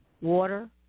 water